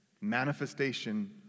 manifestation